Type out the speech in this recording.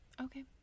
okay